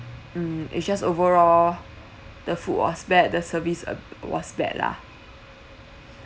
mm it's just overall the food was bad the service was bad lah